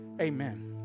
Amen